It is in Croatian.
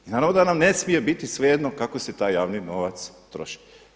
I naravno da nam ne smije biti svejedno kako se taj javno novac troši.